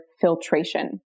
filtration